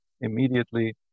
immediately